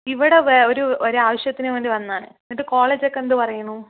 ഇവിടെ ഒരു ഒരാവശ്യത്തിന് വേണ്ടി വന്നതാണ് എന്നിട്ട് കോളേജൊക്കെ എന്ത് പറയണു